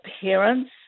parents